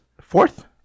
fourth